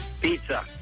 Pizza